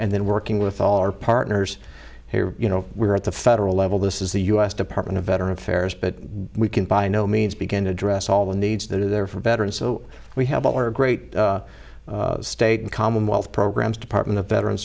and then working with all our partners here you know we're at the federal level this is the u s department of veteran affairs but we can by no means begin to address all the needs that are there for better and so we have all our great state and commonwealth programs department of veteran